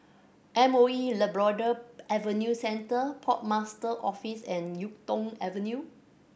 M O E Labrador Adventure Centre Port Master Office and Yuk Tong Avenue